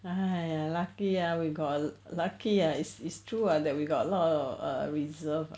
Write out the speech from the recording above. !aiya! luckily ah we got lucky ah it's it's true [what] that we got a lot of err reserve